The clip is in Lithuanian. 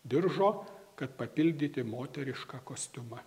diržo kad papildyti moterišką kostiumą